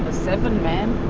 ah seven, man.